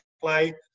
play